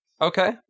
Okay